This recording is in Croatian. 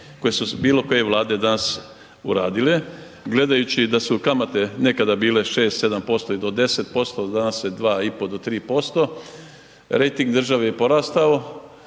koje su bilo koje vlade u nas uradile. Gledajući da su kamate nekada bile 6, 7% i do 10%, danas je 2,5% do 3%. Rejting države je porastao,